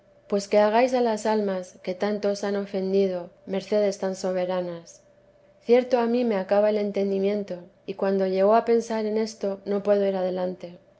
pues que hagáis a almas que tanto os han ofendido mercedes tan soberanas cierto a mí me acaba el entendimiento y cuando llegó a pensar en esto no puedo ir adelante